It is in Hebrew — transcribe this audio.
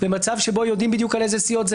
במצב שבו יודעים בדיוק על איזה סיעות זה